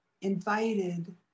invited